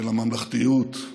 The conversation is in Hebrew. של הממלכתיות,